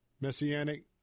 Messianic